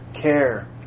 Care